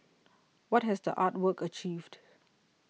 what has the art work achieved